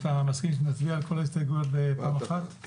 אתה מסכים שנצביע על כל ההסתייגויות בפעם אחת?